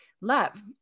love